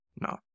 No